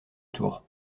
tour